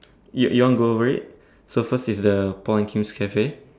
you you want go over it so first is the Paul and Kim's cafe